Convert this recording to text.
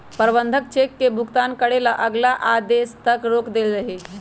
प्रबंधक चेक के भुगतान करे ला अगला आदेश तक रोक देलई ह